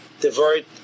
divert